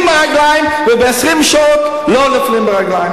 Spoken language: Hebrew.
מהרגליים וב-20 שעות לא נופלים מהרגליים.